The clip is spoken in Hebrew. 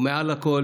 ומעל הכול,